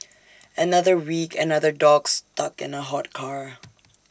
another week another dog stuck in A hot car